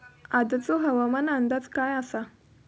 आजचो हवामान अंदाज काय आसा?